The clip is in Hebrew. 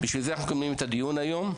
בשביל זה אנחנו מקיימים את הדיון היום.